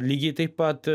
lygiai taip pat